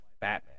Batman